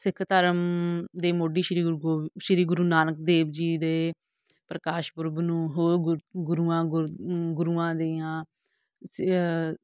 ਸਿੱਖ ਧਰਮ ਦੇ ਮੋਢੀ ਸ਼੍ਰੀ ਗੁਰੂ ਗੋਬਿੰ ਸ਼੍ਰੀ ਗੁਰੂ ਨਾਨਕ ਦੇਵ ਜੀ ਦੇ ਪ੍ਰਕਾਸ਼ ਪੁਰਬ ਨੂੰ ਹੋਰ ਗੁ ਗੁਰੂਆਂ ਗੁਰ ਗੁਰੂਆਂ ਦੀਆਂ ਸ